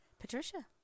Patricia